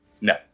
No